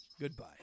Goodbye